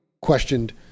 questioned